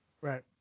right